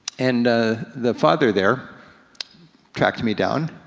and the father there tracked me down,